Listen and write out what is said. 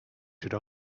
should